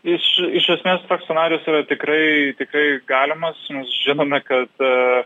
iš iš esmės toks scenarijus yra tikrai tikrai galimas mes žinome kad